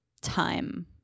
time